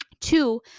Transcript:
Two